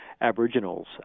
aboriginals